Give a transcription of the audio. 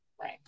Right